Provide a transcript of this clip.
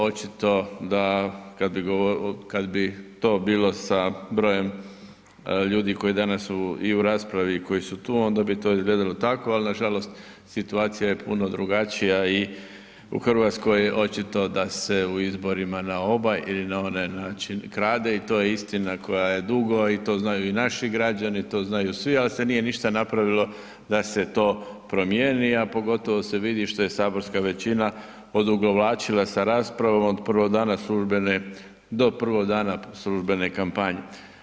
Očito da kada bi to bilo sa brojem ljudi koji danas i u raspravi i koji su tu, onda bi to izgledalo tako ali nažalost situacija je puno drugačija i u Hrvatskoj očito da se u izborima na ovaj ili onaj način krade i to je istina koja je dugo i to znaju i naši građani, to znaju svi ali se nije ništa napravilo da se to promijeni a pogotovo se vidi što je saborska većina odugovlačila sa raspravom od prvog dana službene, do prvog dana službene kampanje.